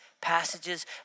passages